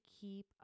keep